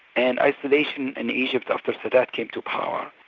and isolation in egypt after sadat came to power,